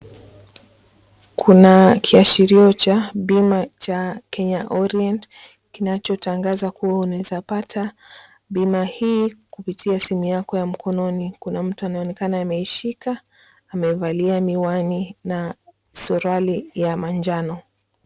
Kuna kiashirio cha bima cha Kenya Orienet kinacho tangaza kuwa unaweza pata bima hii kupitia simu yako ya mkononi, kuna mtu anaonekana ameishika amevalia miwani na suruali ya manjano.